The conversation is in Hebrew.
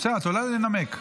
את עולה לנמק.